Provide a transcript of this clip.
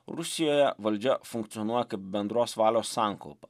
rusijoje valdžia funkcionuoja kaip bendros valios sankaupa